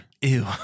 Ew